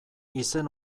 izen